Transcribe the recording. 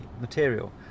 material